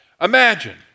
Imagine